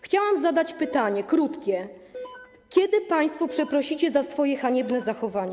Chciałam zadać pytanie krótkie: Kiedy państwo przeprosicie za swoje haniebne zachowanie?